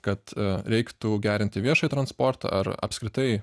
kad reiktų gerinti viešąjį transportą ar apskritai